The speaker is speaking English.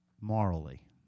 morally